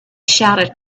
shouted